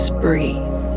breathe